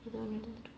ஏதாவுது:yaethavuthu